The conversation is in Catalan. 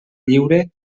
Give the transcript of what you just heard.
lliure